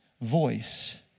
voice